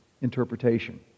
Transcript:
interpretation